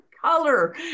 color